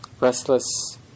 restless